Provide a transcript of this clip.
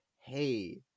hey